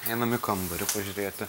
einam į kambarį pažiūrėti